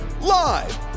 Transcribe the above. live